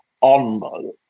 on